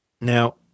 Now